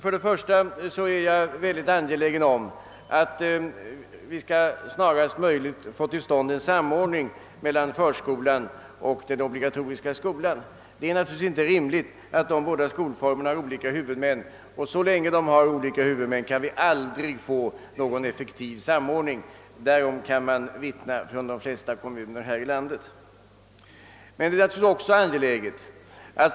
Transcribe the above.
Jag är mycket angelägen om att vi snarast skall få till stånd en samordning mellan förskolan och den obligatoriska skolan. Det är naturligtvis inte rimligt att dessa båda skolformer har olika huvudmän. Så länge de har det kan vi aldrig få någon effektiv samordning till stånd. Därom kan många kommunalmän här i landet vittna.